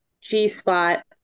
G-spot